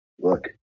look